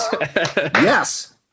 Yes